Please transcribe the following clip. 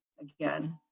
again